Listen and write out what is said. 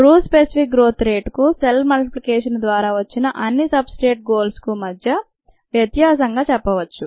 true specific growth రేట్కు cell multiplication ద్వారా వచ్చిన అన్ని సబ్ స్ట్రేట్ గోల్స్కు మధ్య వ్యత్యాసంగాచెప్పవచ్చు